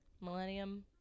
Millennium